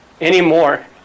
anymore